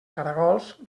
caragols